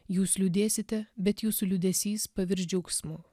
jūs liūdėsite bet jūsų liūdesys pavirs džiaugsmu